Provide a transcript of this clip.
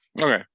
Okay